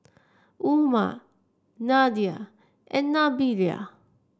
Umar Nadia and Nabila